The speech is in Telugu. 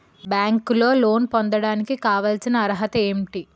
బ్యాంకులో లోన్ పొందడానికి కావాల్సిన అర్హత ఏంటి?